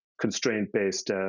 constraint-based